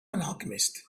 alchemist